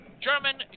German